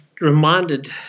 reminded